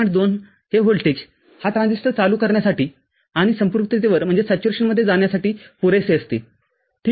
२ हे व्होल्टेज हा ट्रान्झिस्टरचालू करण्यासाठी आणि संतृप्तिवर जाण्यासाठी पुरेसे असते ठीक आहे